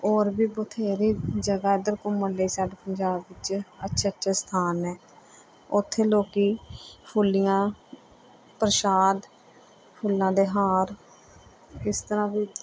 ਹੋਰ ਵੀ ਬਥੇਰੇ ਜਗ੍ਹਾ ਇੱਧਰ ਘੁੰਮਣ ਲਈ ਸਾਡੇ ਪੰਜਾਬ ਵਿੱਚ ਅੱਛੇ ਅੱਛੇ ਸਥਾਨ ਨੇ ਉੱਥੇ ਲੋਕ ਫੁੱਲੀਆਂ ਪ੍ਰਸ਼ਾਦ ਫੁੱਲਾਂ ਦੇ ਹਾਰ ਇਸ ਤਰ੍ਹਾਂ ਵੀ